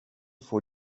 vor